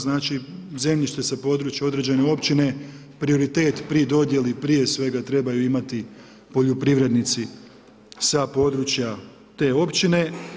Znači, zemljište sa područja određene općine, prioritet pri dodijeli, prije svega trebaju imati poljoprivrednici sa područja te općine.